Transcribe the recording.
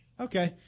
Okay